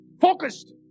Focused